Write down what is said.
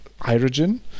hydrogen